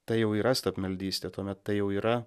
tai jau yra stabmeldystė tuomet tai jau yra